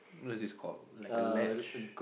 this is court like a ledge